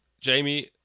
Jamie